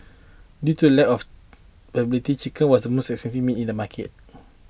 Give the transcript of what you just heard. due to lack of availability chicken was most expensive meat in the market